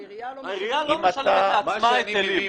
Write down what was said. העירייה לא משלמת לעצמה היטלים.